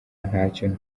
ntacyo